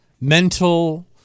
mental